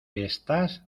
estás